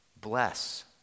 Bless